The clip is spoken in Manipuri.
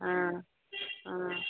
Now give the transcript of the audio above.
ꯑꯥ ꯑꯥ ꯑꯥ